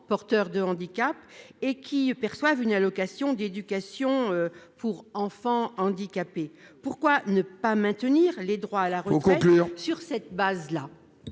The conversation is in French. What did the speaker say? porteur de handicap et qui perçoivent une allocation d'éducation pour enfants handicapés. Pourquoi ne pas maintenir les droits à la retraite sur cette base ?